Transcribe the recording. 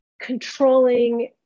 controlling